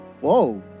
Whoa